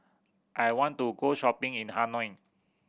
I want to go shopping in Hanoi